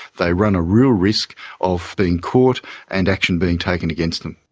they run a real risk of being caught and action being taken against them.